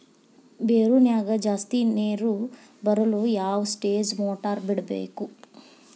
ಬೋರಿನ್ಯಾಗ ಜಾಸ್ತಿ ನೇರು ಬರಲು ಯಾವ ಸ್ಟೇಜ್ ಮೋಟಾರ್ ಬಿಡಬೇಕು?